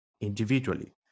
individually